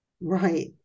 Right